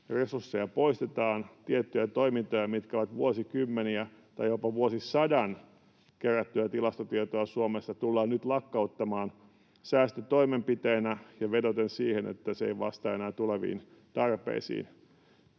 resursseja poistetaan ja tiettyjä toimintoja, mitkä ovat vuosikymmeniä tai jopa vuosisadan kerättyä tilastotietoa Suomesta, tullaan nyt lakkauttamaan säästötoimenpiteinä vedoten siihen, että se ei vastaa enää tuleviin tarpeisiin.